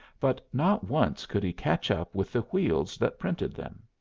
but not once could he catch up with the wheels that printed them.